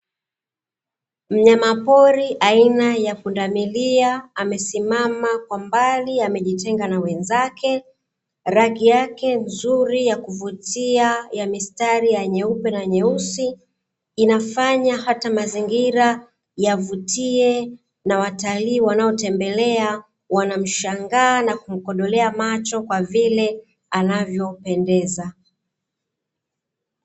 Mnyama pori aina ya pundamilia, amesimama kwa mbali amejitenga na wenzake; rangi yake nzuri ya kuvutia ya mistari ya nyeupe na yyeusi, inafanya hata mazingira yavutie, na watalii wanaotembelea wanamshangaa na kumkodolea macho, kwa vile anavyopendeza.